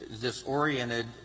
disoriented